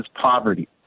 poverty